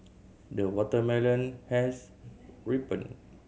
the watermelon has ripened